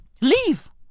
Leave